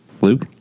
luke